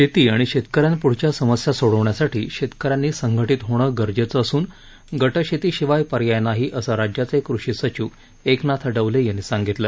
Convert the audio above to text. शेती आणि शेतकऱ्यांप्ढच्या समस्या सोडवण्यासाठी शेतकऱ्यांनी संघटीत होणं गरजेचं असून गटशेती शिवाय पर्याय नाही असं राज्याचे कृषी संचिव एकनाथ डवले यांनी सांगितलं